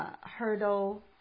hurdle